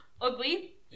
ugly